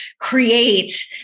create